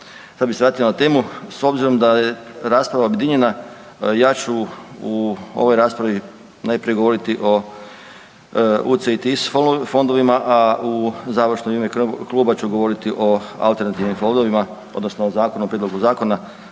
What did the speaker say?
Sad bih se vratio na temu. S obzirom da je rasprava objedinjena, ja ću u ovoj raspravi najprije govoriti o UCITS fondovima, a u završno u ime kluba ću govoriti o alternativnim fondovima, odnosno o zakonu, o prijedlogu zakona